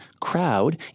crowd